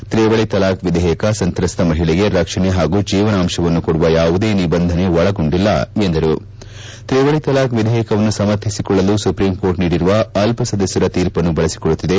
ತ್ರಿವಳಿ ತಲಾಕ್ ವಿಧೇಯಕ ಸಂತ್ರಸ್ತ ಮಹಿಳೆಗೆ ರಕ್ಷಣೆ ಹಾಗೂ ಜೀವನಾಂಶವನ್ನು ಕೊಡುವ ಯಾವುದೇ ನಿಬಂಧನೆ ಒಳಗೊಂಡಿಲ್ಲ ಎಂದರುತ್ರಿವಳಿ ತಲಾಕ್ ವಿಧೇಯಕವನ್ನು ಸಮರ್ಥಿಸಿಕೊಳ್ಳಲು ಸುಪ್ರಿಂಕೋರ್ಟ್ ನೀಡಿರುವ ಅಲ್ಲ ಸದಸ್ದರ ತೀರ್ಷನ್ನು ಬಳಸಿಕೊಳ್ಳುತ್ತಿದೆ